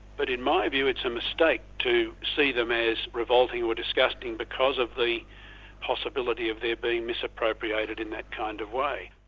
but in my view it's a mistake to see them as revolting or disgusting because of the possibility of their being misappropriated in that kind of way.